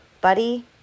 Buddy